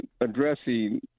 addressing